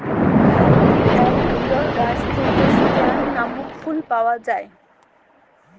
হাইতির এক বিরল গাছ থেক্যে স্কেয়ান লামক ফুল পাওয়া যায়